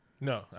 No